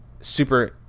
super